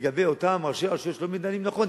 לגבי אותם ראשי רשויות שלא מתנהלים נכון,